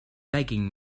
begging